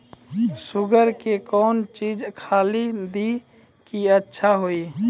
Sugar के कौन चीज खाली दी कि अच्छा हुए?